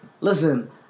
listen